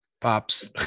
pops